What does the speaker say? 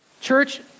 Church